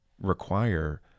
require